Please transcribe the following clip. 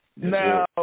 Now